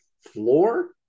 floor